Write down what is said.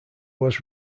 was